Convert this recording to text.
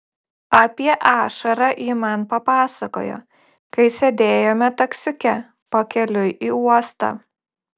apie ašarą ji man papasakojo kai sėdėjome taksiuke pakeliui į uostą